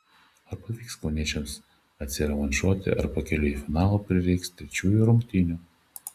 ar pavyks kauniečiams atsirevanšuoti ar pakeliui į finalą prireiks trečiųjų rungtynių